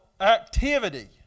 activity